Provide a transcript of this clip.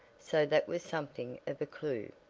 so that was something of a clew.